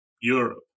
Europe